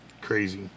crazy